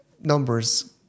numbers